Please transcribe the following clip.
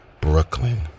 Brooklyn